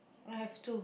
I have two